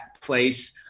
place